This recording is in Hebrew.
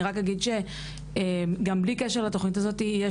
אני רק אגיד שגם בלי קשר לתוכנית הזאת יש